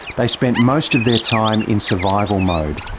they spent most of their time in survival mode,